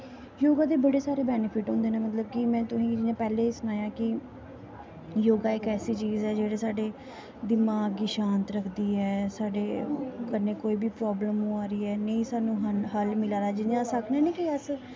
योगा दे बड़े सारे बैनिफिट होंदे न में तुसेंगी पैह्लें सनाया कि योगा इक ऐसी चीज ऐ जेह्ड़ी साढ़ी दिमाग गी शांत रखदी ऐ साढ़े कन्नै कोई बी प्राब्लम होआ दी ऐ ना हल्ल मिला दा जि'यां अस आखने ना कि